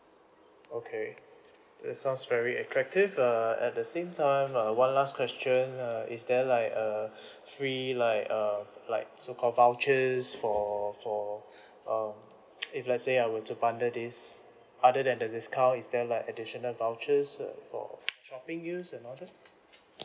okay that sounds very attractive err at the same time uh one last question uh is there like a free like um like so called vouchers for for uh if let's say I were to bundle this other than the discount is there like additional vouchers uh for shopping use and all that